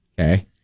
Okay